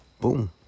boom